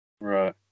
Right